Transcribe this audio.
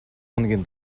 хоногийн